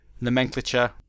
nomenclature